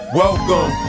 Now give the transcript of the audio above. welcome